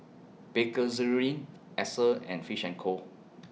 Bakerzin Acer and Fish and Co